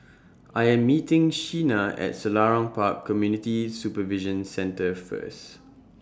I Am meeting Sheena At Selarang Park Community Supervision Centre First